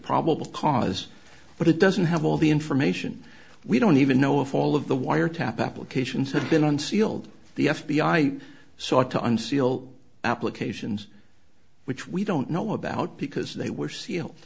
probable cause but it doesn't have all the information we don't even know if all of the wiretap applications have been unsealed the f b i sought to unseal applications which we don't know about because they were sealed